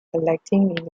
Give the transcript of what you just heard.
collecting